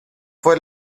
fue